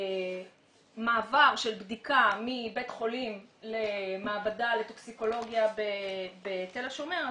מעבר של בדיקה מבית חולים למעבדה לטוקסיקולוגיה בתל השומר,